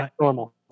normal